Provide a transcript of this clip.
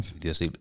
yes